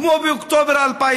כמו באוקטובר 2000,